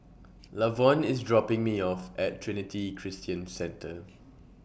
Lavon IS dropping Me off At Trinity Christian Centre